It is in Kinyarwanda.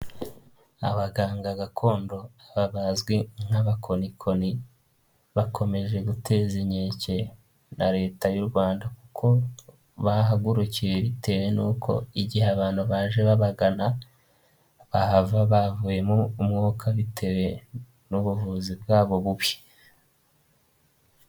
Abaganga gakondo baba bazwi nk'abakonikoni, bakomeje guteza inkeke na Leta y'u Rwanda kuko bahagurukiye bitewe nuko igihe abantu baje babagana, bahava bavuyemo umwuka bitewe n'ubuvuzi bwabo bubi.